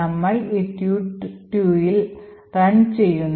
നമ്മൾ ഈ tut2 run ചെയ്യുന്നു